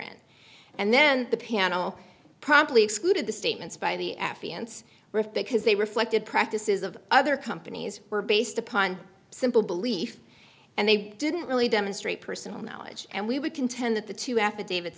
and and then the panel promptly excluded the statements by the affiance rift because they reflected practices of other companies were based upon simple belief and they didn't really demonstrate personal knowledge and we would contend that the two affidavit